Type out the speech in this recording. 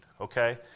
Okay